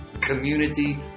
Community